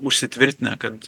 užsitvirtinę kad